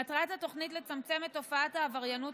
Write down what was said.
מטרת התוכנית לצמצם את תופעת העבריינות